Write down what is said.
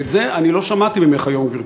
ואתה זה אני לא שמעתי ממך היום, גברתי.